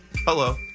Hello